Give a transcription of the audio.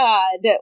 God